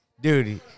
Dude